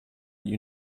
you